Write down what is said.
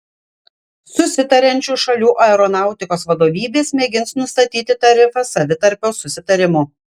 susitariančių šalių aeronautikos vadovybės mėgins nustatyti tarifą savitarpio susitarimu